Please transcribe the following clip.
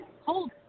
hold